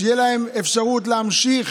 שתהיה להן אפשרות להמשיך